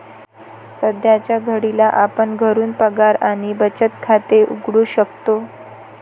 सध्याच्या घडीला आपण घरून पगार आणि बचत खाते उघडू शकतो